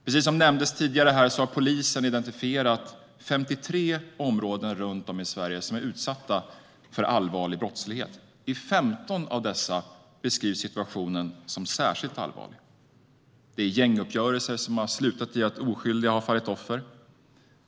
Precis som nämndes tidigare har polisen identifierat 53 områden runt om i Sverige som är utsatta för allvarlig brottslighet. I 15 av dessa beskrivs situationen som särskilt allvarlig. Det är gänguppgörelser som har slutat med att oskyldiga har fallit offer.